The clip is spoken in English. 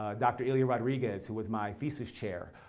ah dr. eliott rodriguez, who was my thesis chair.